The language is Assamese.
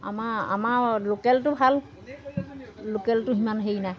আমাৰ আমাৰ লোকেলটো ভাল লোকেলটো সিমান হেৰি নাই